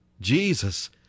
Jesus